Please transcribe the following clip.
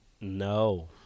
No